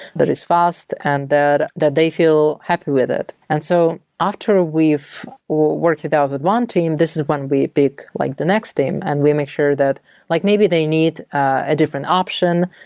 that is fast and that that they feel happy with it. and so after we've worked it out with one team, this is when we pick like the next team and we make sure that like maybe they need a different option,